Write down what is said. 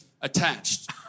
attached